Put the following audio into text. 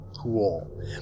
cool